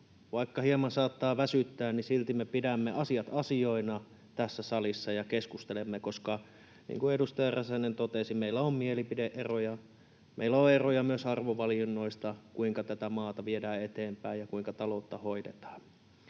Vaikka hieman saattaa väsyttää, niin silti me pidämme asiat asioina tässä salissa ja keskustelemme, koska niin kuin edustaja Räsänen totesi, meillä on mielipide-eroja, meillä on eroja myös arvovalinnoissa, kuinka tätä maata viedään eteenpäin ja kuinka taloutta hoidetaan.